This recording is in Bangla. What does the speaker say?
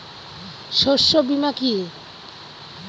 শস্য বীমা কি?